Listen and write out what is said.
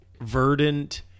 verdant